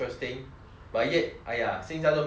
but yet !aiya! 先在都没有人喝了